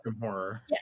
Horror